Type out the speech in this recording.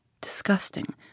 Disgusting